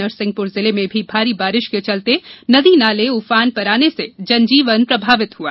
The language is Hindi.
नरसिंहपुर जिले में भी भारी बारिश के चलते नदी नाले ऊफान पर आने से जनजीवन प्रभावित हुआ